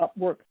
Upwork